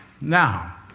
now